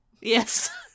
Yes